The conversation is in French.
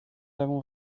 avons